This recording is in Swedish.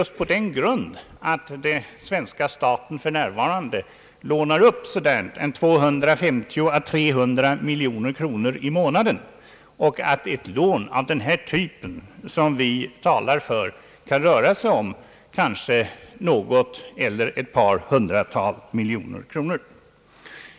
Svenska staten lånar för närvarande upp 250 å 300 miljoner kronor i månaden; ett lån av den här typen, som vi talar för, kan röra sig om något eller ett par hundratal miljoner kronor.